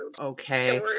okay